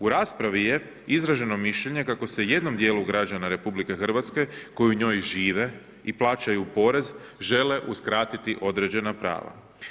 U raspravi je izraženo mišljenje kako se jednim dijelu građana RH koji u njoj žive i plaćaju porez žele uskratiti određena prava.